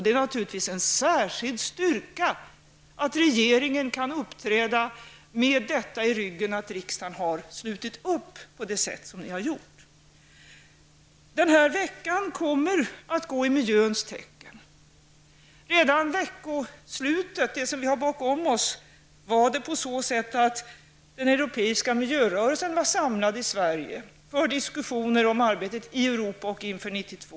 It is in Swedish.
Det är naturligtvis en särskild styrka att regeringen kan uppträda med detta i ryggen, dvs. att riksdagen slutit upp på det sätt som den har gjort. Den här veckan kommer att gå i miljöns tecken. Under det veckoslut som vi har bakom oss var den europeiska miljörörelsen samlad i Sverige för diskusisoner om arbetet i Europa inför 1992.